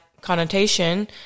connotation